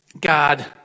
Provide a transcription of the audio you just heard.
God